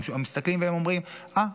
הם מסתכלים ואומרים: אה,